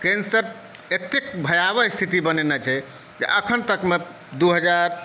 cancer एतेक भयावह स्थिति बनेने छै अखन तकमे दू हज़ार